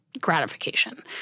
gratification